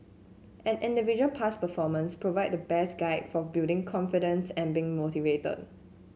an individual past performance provide the best guide for building confidence and being motivated